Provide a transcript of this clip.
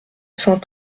cent